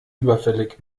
überfällig